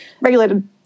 regulated